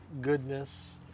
goodness